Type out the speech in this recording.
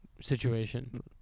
situation